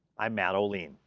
i'm matt olien.